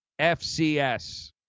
FCS